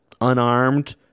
unarmed